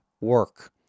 work